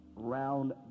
round